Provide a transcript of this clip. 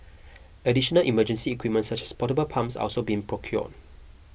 additional emergency equipment such as portable pumps are also being procured